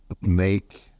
make